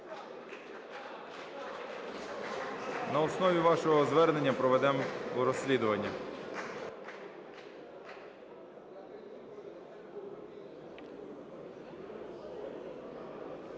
На основі вашого звернення проведемо розслідування.